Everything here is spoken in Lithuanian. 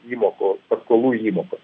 įmokų paskolų įmokos